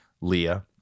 Leah